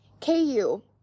KU